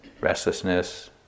restlessness